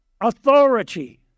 authority